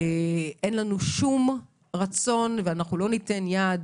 אין לנו שום רצון, ואנחנו לא ניתן יד